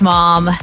Mom